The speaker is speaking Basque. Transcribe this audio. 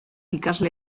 ikasle